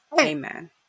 Amen